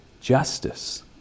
justice